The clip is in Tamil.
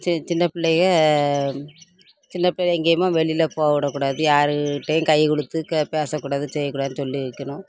சி சின்னப் பிள்ளைய சின்னப்பிள்ள எங்கையுமோ வெளியில் போக விடக்கூடாது யாருக்கிட்டையும் கை கொடுத்து க பேசக்கூடாது செய்யக்கூடாதுன்னு சொல்லி வைக்கணும்